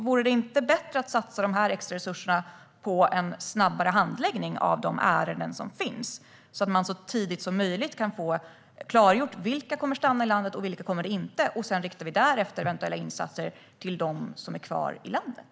Vore det inte bättre att satsa de extra resurserna på en snabbare handläggning, så att man så tidigt som möjligt kan få klargjort vilka som kommer att stanna i landet och vilka som inte får stanna? Därefter kan man rikta eventuella insatser till dem som är kvar i landet.